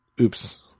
Oops